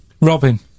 Robin